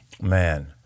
Man